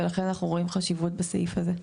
ולכן אנחנו רואים חשיבות בסעיף הזה.